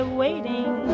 waiting